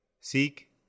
Seek